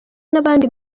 n’abandi